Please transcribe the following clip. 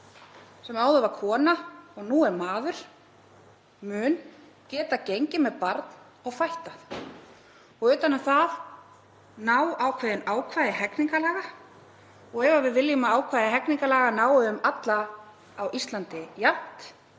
sem áður var kona og nú er maður, mun geta gengið með barn og fætt það. Utan um það ná ekki ákveðin ákvæði hegningarlaga og ef við viljum að ákvæði hegningarlaga nái jafnt um alla á Íslandi þurfum